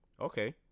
Okay